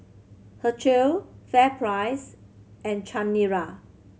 Herschel FairPrice and Chanira